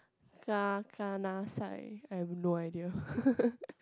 ka kanasai I have no idea